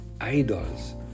idols